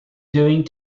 doing